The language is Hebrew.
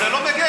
אבל זה לא מגן.